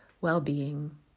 well-being